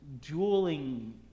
dueling